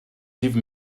give